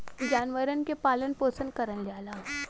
जानवरन के पालन पोसन करल जाला